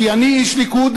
כי אני איש ליכוד,